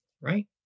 right